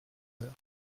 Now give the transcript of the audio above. heures